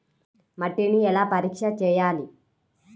మట్టిని ఎలా పరీక్ష చేయాలి?